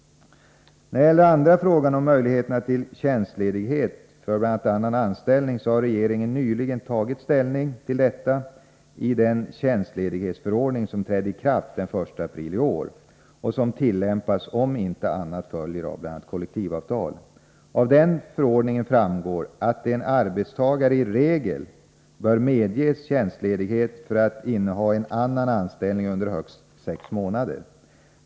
Beträffande möjligheterna till tjänstledighet för bl.a. annan anställning vill jag säga att regeringen nyligen har tagit ställning till detta i den tjänstledighetsförordning som trädde i kraft den 1 april i år och som tillämpas om inte annat följer av bl.a. kollektivavtal. Av den förordningen framgår att en arbetstagare i regel bör medges tjänstledighet för att inneha en annan anställning under högst sex månader.